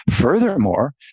Furthermore